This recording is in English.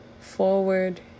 forward